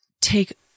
take